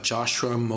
Joshua